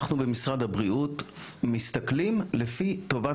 אנחנו במשרד הבריאות מסתכלים לפי טובת